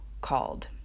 called